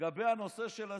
לגבי הנושא של החוק,